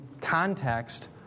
context